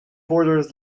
borders